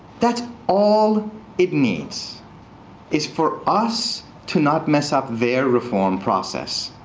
that's all it needs is for us to not mess up their reform process.